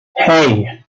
hey